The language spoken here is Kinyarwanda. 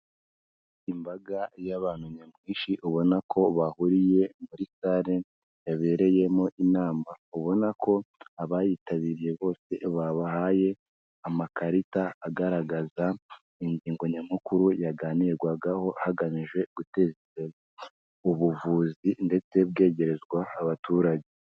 Imbaga y'abantu nyamwinshi ubona ko bahuriye muri sale yabereyemo inama ubona ko abayitabiriye bose babahaye amakarita agaragaza ingingo nyamukuru yaganirwagaho hagamijwe guteza imbere ubuvuzi ndetse bwegerezwa abaturage.